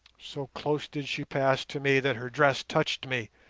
so close did she pass to me that her dress touched me,